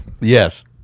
Yes